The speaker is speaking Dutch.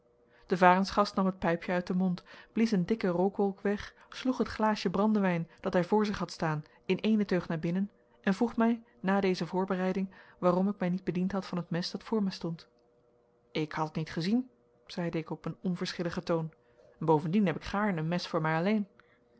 de varensgast nam het pijpje uit den mond blies een dikke rookwolk weg sloeg het glaasje brandewijn dat hij voor zich had staan in eene teug naar binnen en vroeg mij na deze voorbereiding waarom ik mij niet bediend had van het mes dat voor mij stond ik had het niet gezien zeide ik op een onverschilligen toon en bovendien heb ik gaarne een mes voor mij alleen